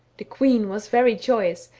the queen was very joyous,